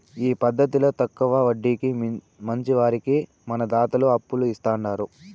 ఈ పద్దతిల తక్కవ వడ్డీకి మంచివారికి మన దాతలు అప్పులు ఇస్తాండారు